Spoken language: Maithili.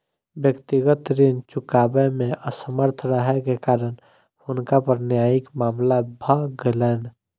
व्यक्तिगत ऋण चुकबै मे असमर्थ रहै के कारण हुनका पर न्यायिक मामला भ गेलैन